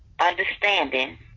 understanding